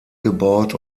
gebaut